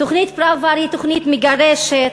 תוכנית פראוור היא תוכנית מגרשת,